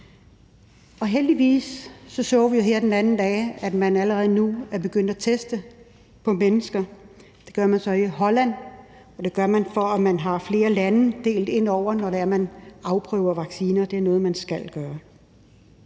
så heldigvis her den anden dag, at man allerede nu er begyndt at teste på mennesker. Det gør man så i Holland for at få flere lande ind over det, når man afprøver vaccinen. Det er noget, man skal gøre.